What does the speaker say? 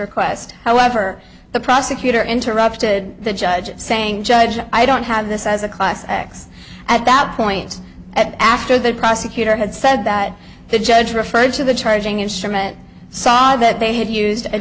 or quest however the prosecutor interrupted the judge saying judge i don't have this as a class x at that point at after the prosecutor had said that the judge referred to the charging instrument saw that they had used a